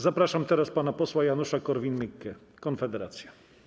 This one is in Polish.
Zapraszam teraz pana posła Janusza Korwin-Mikkego, Konfederacja.